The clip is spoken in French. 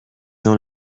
dans